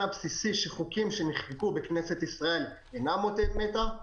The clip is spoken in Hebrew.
הבסיסי שחוקים שנחקקו בכנסת ישראל אינם אות מתה,